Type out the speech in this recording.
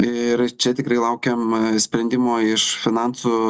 ir čia tikrai laukiam sprendimo iš finansų